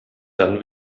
dann